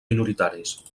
minoritaris